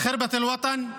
בח'רבת אל-וטן,